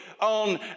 on